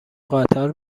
قطار